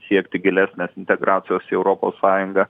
siekti gilesnės integracijos į europos sąjungą